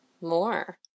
more